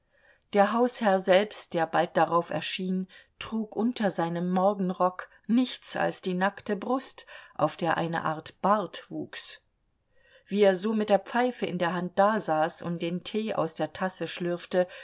der hausherr selbst der bald darauf erschien trug unter seinem morgenrock nichts als die nackte brust auf der eine art bart wuchs wie er so mit der pfeife in der hand dasaß und den tee aus der tasse schlürfte